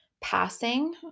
passing